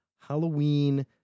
Halloween